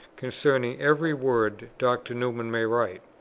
concerning every word dr. newman may write.